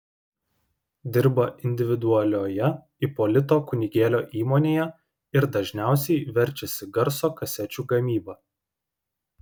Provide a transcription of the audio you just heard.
dirba individualioje ipolito kunigėlio įmonėje ir dažniausiai verčiasi garso kasečių gamyba